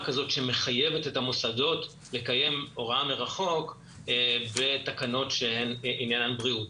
כזאת שמחייבת את המוסדות לקיים הוראה מרחוק בתקנות שהן עניין בריאות.